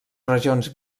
regions